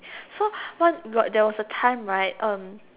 so one got there was a time right um